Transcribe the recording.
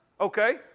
Okay